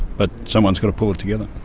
but someone's got to pull it together.